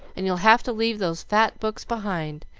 and you'll have to leave those fat books behind,